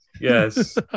Yes